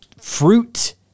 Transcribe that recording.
Fruit